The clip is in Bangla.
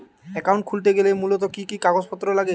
অ্যাকাউন্ট খুলতে গেলে মূলত কি কি কাগজপত্র লাগে?